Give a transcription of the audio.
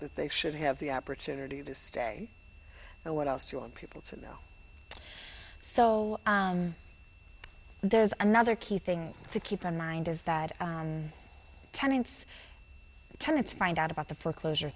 that they should have the opportunity to stay and what else do you want people to know so there's another key thing to keep in mind is that tenants tenants find out about the foreclosure